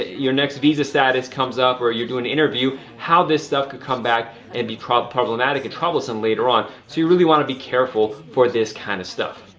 your next visa status comes up where you're doing an interview, how this stuff could come back and be problematic and troublesome later on. so you really want to be careful for this kind of stuff.